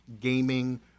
gaming